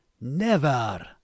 Never